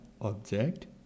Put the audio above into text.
object